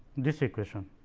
this equation